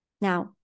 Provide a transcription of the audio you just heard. Now